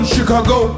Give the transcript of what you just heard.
Chicago